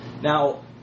Now